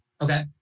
Okay